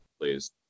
please